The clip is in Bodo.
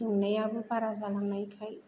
दुंनायाबो बारा जालांनायखाय